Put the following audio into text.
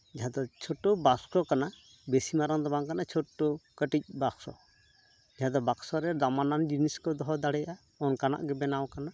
ᱡᱟᱦᱟᱸ ᱫᱚ ᱪᱷᱳᱴᱳ ᱵᱟᱥᱠᱚ ᱠᱟᱱᱟ ᱵᱮᱥᱤ ᱢᱟᱨᱟᱝ ᱫᱚ ᱵᱟᱝ ᱠᱟᱱᱟ ᱪᱷᱳᱴᱳ ᱠᱟᱹᱴᱤᱡ ᱵᱟᱠᱥᱚ ᱡᱟᱦᱟᱸ ᱫᱚ ᱵᱟᱠᱥᱚ ᱨᱮ ᱫᱟᱢᱟᱱᱟᱱ ᱡᱤᱱᱤᱥ ᱠᱚ ᱫᱚᱦᱚ ᱫᱟᱲᱮᱭᱟᱜᱼᱟ ᱚᱱᱠᱟᱱᱟᱜ ᱜᱮ ᱵᱮᱱᱟᱣ ᱠᱟᱱᱟ